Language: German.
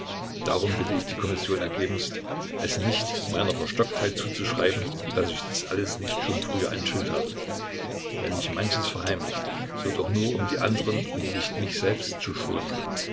darum bitte ich die kommission ergebenst es nicht meiner verstocktheit zuzuschreiben daß ich dies alles nicht schon früher enthüllt habe wenn ich manches verheimlichte so doch nur um die anderen und nicht mich selbst zu schonen